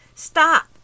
stop